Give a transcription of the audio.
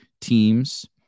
teams